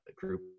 group